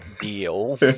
deal